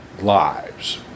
lives